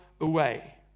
away